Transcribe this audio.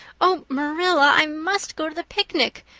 oh, marilla, i must go to the picnic.